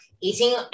eating